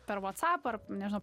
per vatsapą ar nežinau